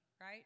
right